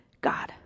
God